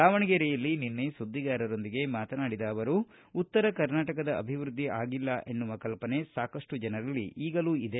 ದಾವಣಗೆರೆಯಲ್ಲಿ ನಿನ್ನೆ ಸುದ್ದಿಗಾರರೊಂದಿಗೆ ಮಾತನಾಡಿದ ಅವರು ಉತ್ತರ ಕರ್ನಾಟಕದ ಅಭಿವೃದ್ಧಿ ಆಗಿಲ್ಲ ಅನ್ನುವ ಕಲ್ಪನೆ ಸಾಕಷ್ಟು ಜನರಲ್ಲಿ ಈಗಲೂ ಇದೆ